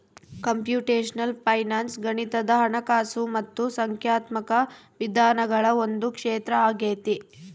computational finance ಗಣಿತದ ಹಣಕಾಸು ಮತ್ತು ಸಂಖ್ಯಾತ್ಮಕ ವಿಧಾನಗಳ ಒಂದು ಕ್ಷೇತ್ರ ಆಗೈತೆ